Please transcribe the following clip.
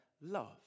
love